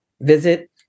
visit